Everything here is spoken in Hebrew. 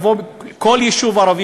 אפשר לבדוק כל יישוב ערבי,